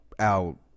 out